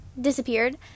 disappeared